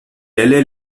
allait